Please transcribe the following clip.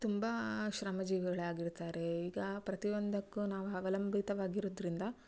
ತುಂಬ ಶ್ರಮಜೀವಿಗಳಾಗಿರ್ತಾರೆ ಈಗ ಪ್ರತಿಯೊಂದಕ್ಕೂ ನಾವು ಅವಲಂಬಿತವಾಗಿರೋದರಿಂದ